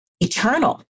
eternal